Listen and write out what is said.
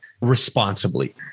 responsibly